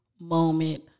moment